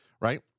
right